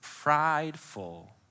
prideful